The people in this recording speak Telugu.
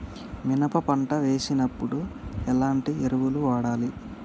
మినప పంట వేసినప్పుడు ఎలాంటి ఎరువులు వాడాలి?